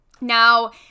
Now